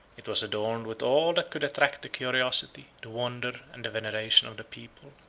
it was adorned with all that could attract the curiosity, the wonder, and the veneration of the people.